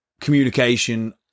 communication